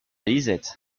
lisette